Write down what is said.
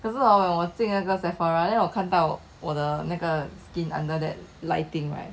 可是 hor when 我进那个 sephora then 我看到我的那个 skin under that lighting right